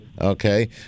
Okay